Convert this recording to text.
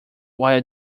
while